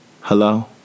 Hello